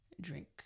drink